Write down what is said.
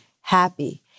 happy